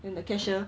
then the cashier